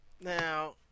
Now